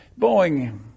Boeing